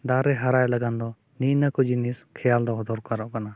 ᱫᱟᱨᱮ ᱦᱟᱨᱟᱭ ᱞᱟᱹᱜᱤᱫ ᱫᱚ ᱱᱮᱜᱼᱮ ᱱᱤᱭᱟᱹᱠᱚ ᱡᱤᱱᱤᱥ ᱠᱷᱮᱭᱟᱞ ᱫᱚᱦᱚ ᱫᱚᱨᱠᱟᱨᱚᱜ ᱠᱟᱱᱟ